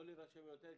לא להירשם יותר,